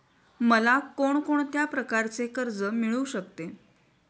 मला कोण कोणत्या प्रकारचे कर्ज मिळू शकते?